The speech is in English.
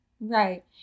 Right